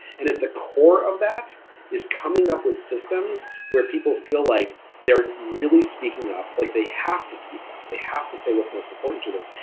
and at the core of that is coming up with systems where people feel like they're really speaking up, like they have to speak up, they have to say what's most important to them,